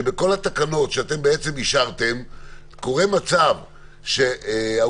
שבכל התקנות שאתם אישרתם קורה מצב שהאולמות